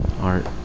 art